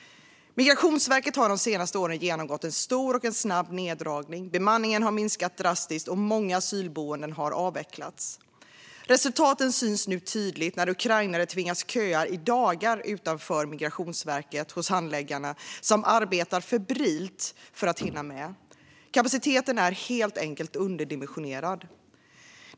Migrationsverket har de senare åren genomgått en stor och snabb neddragning. Bemanningen har minskat drastiskt, och många asylboenden har avvecklats. Resultaten syns tydligt när ukrainare tvingas köa i dagar utanför Migrationsverket och hos handläggarna som arbetar febrilt för att hinna med. Kapaciteten är helt enkelt underdimensionerad.